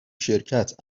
شرکت